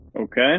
Okay